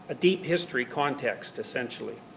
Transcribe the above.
ah deep history context, essentially.